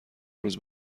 روز